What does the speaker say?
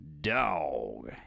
dog